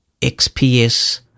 XPS